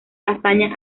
azaña